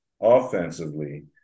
offensively